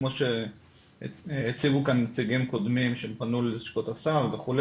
כמו שהציבו כאן נציגים קודמים שהם פנו ללשכות השר וכו',